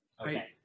Okay